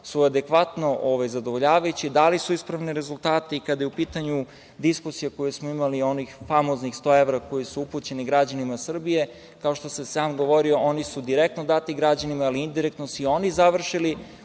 adekvatno zadovoljavajući. Da li su ispravni rezultati kada je u pitanju diskusija koju smo imali oko onih famoznih 100 evra koji su upućeni građanima Srbije, kao što sam i govorio, oni su direktno dati građanima, ali indirektno su i oni završili